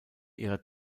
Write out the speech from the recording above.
ihrer